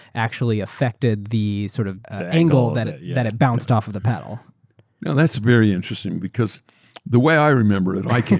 actually affected the sort of ah angle that it that it bounced off of the paddle. now that's very interesting because the way i remember it, i